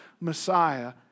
Messiah